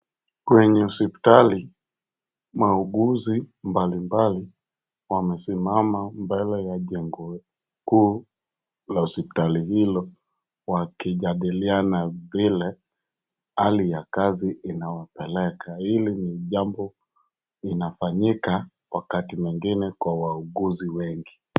Kwenye hospitali, mauguzi mbalimbali wamesimama mbele ya jengo kuu la hospitali hilo, wakijadiliana vile hali ya kazi inawapeleka. Hili ni jambo linafanyika wakati mwingine kwa wauguzi wengi.